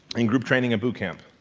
in group training and boot camp?